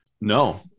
No